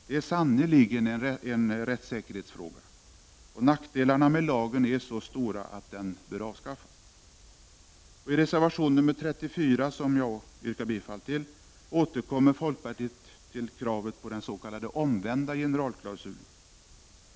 Det här är sannerligen en rättssäkerhetsfråga, och nackdelarna med lagen är så stora att den bör avskaffas. I reservation 34, som jag yrkar bifall till, återkommer vi i folkpartiet till kravet på en s.k. omvänd generalklausul.